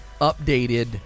updated